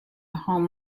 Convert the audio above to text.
home